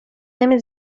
نمی